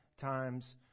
times